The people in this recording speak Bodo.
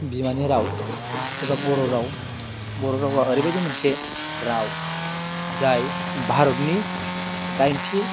बिमानि राव एबा बर' राव बर' रावा ओरैबायदि मोनसे राव जाय भारतनि दाइनथि